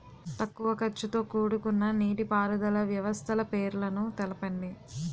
తక్కువ ఖర్చుతో కూడుకున్న నీటిపారుదల వ్యవస్థల పేర్లను తెలపండి?